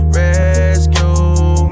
rescue